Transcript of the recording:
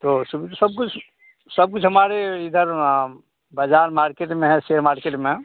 तो सब कुछ सब कुछ हमारे इधर बाज़ार मार्केट में है सेयर मार्केट में